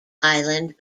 island